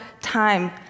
time